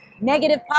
Negative